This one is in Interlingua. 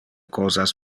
cosas